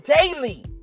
daily